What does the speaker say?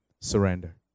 surrender